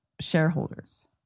shareholders